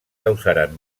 causaren